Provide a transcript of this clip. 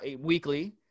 weekly